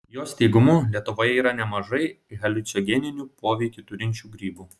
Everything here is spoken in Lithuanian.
jos teigimu lietuvoje yra nemažai haliucinogeninį poveikį turinčių grybų